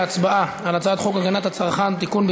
להצבעה על הצעת חוק הגנת הצרכן (תיקון,